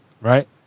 right